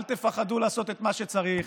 אל תפחדו לעשות את מה שצריך,